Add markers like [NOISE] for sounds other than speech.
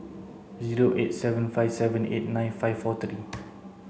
zero eight seven five seven eight nine five four three [NOISE]